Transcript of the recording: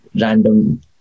random